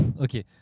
Okay